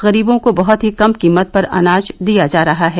गरीबों को बहत ही कम कीमत पर अनाज दिया जा रहा है